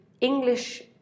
English